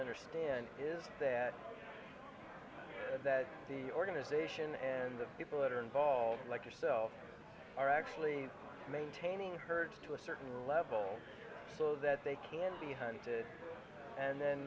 understand is that the organization and the people that are involved like yourself are actually maintaining the herd to a certain level so that they can be hunted and then